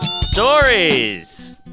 Stories